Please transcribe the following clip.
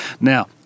Now